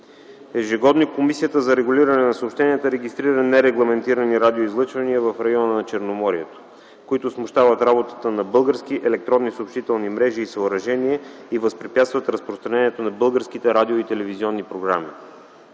Ежегодно Комисията за регулиране на съобщенията регистрира нерегламентирани радиоизлъчвания в района на Черноморието, които смущават работата на български електронно-съобщителни мрежи и съоръжения и възпрепятстват разпространението на български радио- и телевизионни програми.